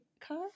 car